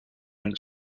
went